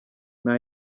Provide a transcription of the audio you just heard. nta